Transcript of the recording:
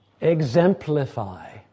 exemplify